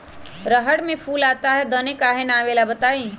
रहर मे फूल आता हैं दने काहे न आबेले बताई?